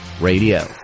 Radio